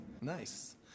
Nice